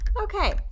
Okay